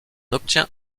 obtient